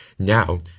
now